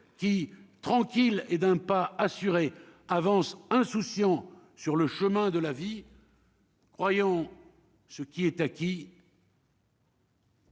qui tranquille et d'un pas assuré avance insouciants sur le chemin de la vie. Croyant, ce qui est acquis.